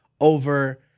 over